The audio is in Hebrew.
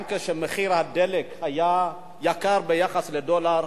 גם כשמחיר הדלק היה יקר ביחס לדולר,